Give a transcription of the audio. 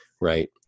right